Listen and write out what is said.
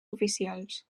oficials